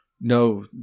No